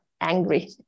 angry